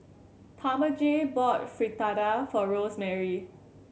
Talmage bought Fritada for Rosemary